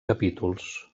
capítols